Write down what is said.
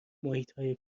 محیطهای